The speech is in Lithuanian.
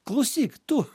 klausyk tu